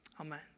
Amen